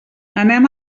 anem